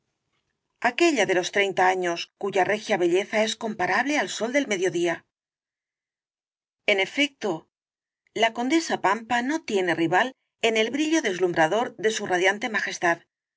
aquella de los treinta años cuya regia belleza es comparable al sol del mediodía en efecto la condesa pampa no tiene rival en el caballero de las botas azules el brillo deslumbrador de su radiante majestad